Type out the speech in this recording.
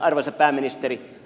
olkaa hyvä